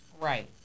Right